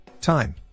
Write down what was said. time